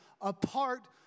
apart